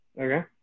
Okay